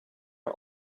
are